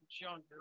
younger